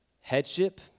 headship